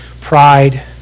pride